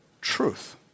truth